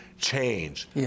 change